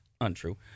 untrue